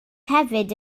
hefyd